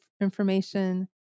information